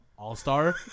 All-Star